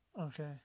Okay